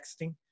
texting